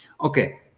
okay